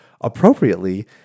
appropriately